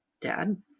dad